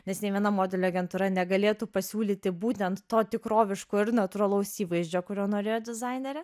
nes nė viena modelių agentūra negalėtų pasiūlyti būtent to tikroviško ir natūralaus įvaizdžio kurio norėjo dizainerė